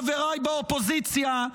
חבריי באופוזיציה,